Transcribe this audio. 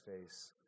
face